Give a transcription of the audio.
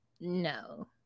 no